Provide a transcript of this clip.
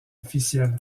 officielle